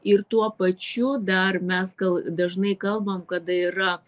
ir tuo pačiu dar mes gal dažnai kalbam kada yra